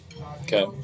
Okay